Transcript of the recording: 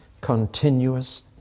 continuous